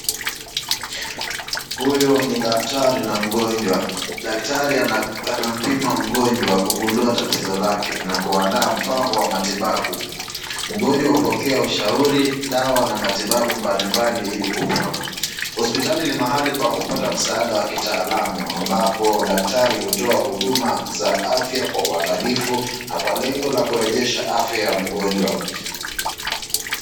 Huyu ni daktari na mgonjwa daktari anampima mgonjwa kugundua tatizo lake na kuandaa mpango wa matibabu .Mgonjwa hupokea ushauri dawa na matibabu mbalimbali ili kupona. Hospitali ni mahali pa kupata msaada wa kitaaluma ambapo daktari hutoa huduma za afya kwa uwangalifu na kwa lengo la kurejesha afya ya mgonjwa.